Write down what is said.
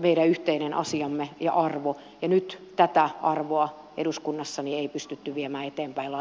meidän yhteinen asiamme ja arvo ja nyt tätä arvoa eduskunnassa ei pystytty viemään eteenpäin lainsäädännöllisin toimin